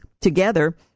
Together